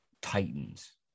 titans